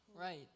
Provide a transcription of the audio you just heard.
Right